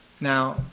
Now